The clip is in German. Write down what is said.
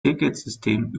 ticketsystem